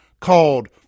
called